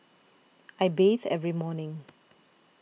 I bathe every morning